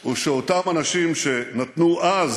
הוא שאותם אנשים שנתנו אז